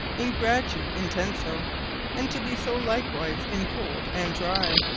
in gradu intenso and to be so likewise in cold and dry.